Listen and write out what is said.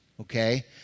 okay